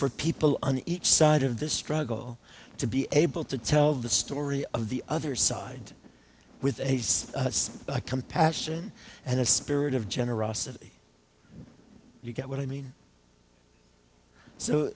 for people on each side of the struggle to be able to tell the story of the other side with a compassion and a spirit of generosity you get what i mean so